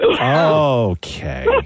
Okay